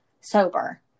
sober